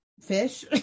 fish